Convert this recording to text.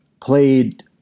played